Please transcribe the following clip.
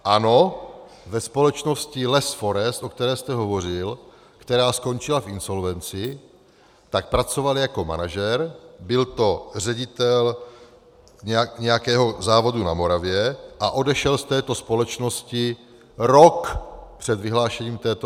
Ano, ve společnosti Less & Forest, o které jste hovořil, která skončila v insolvenci, pracoval jako manažer, byl to ředitel nějakého závodu na Moravě a odešel z této společnosti rok před vyhlášením této insolvence.